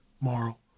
marl